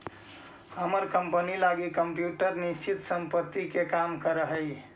हमर कंपनी लगी कंप्यूटर निश्चित संपत्ति के काम करऽ हइ